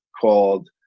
called